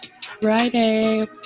Friday